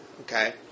okay